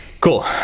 Cool